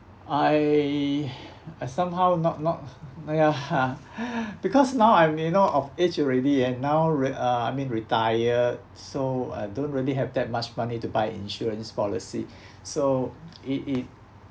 I I somehow not not ya because now I may not of age already and now re~ uh I mean retired so I don't really have that much money to buy insurance policy so it it